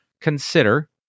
consider